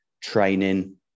training